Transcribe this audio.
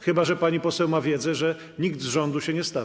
Chyba że pani poseł ma wiedzę, że nikt z rządu się nie stawi.